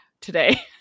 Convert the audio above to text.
Today